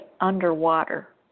underwater